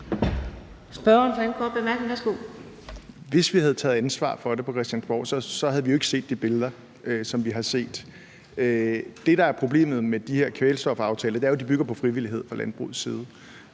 Hvis vi havde taget ansvar for det på Christiansborg, havde vi jo ikke set de billeder, som vi har set. Det, der er problemet med de her kvælstofaftaler, er jo, at de bygger på frivillighed fra landbrugets side.